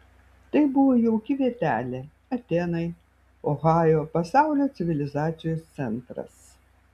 tai buvo jauki vietelė atėnai ohajo pasaulio civilizacijos centras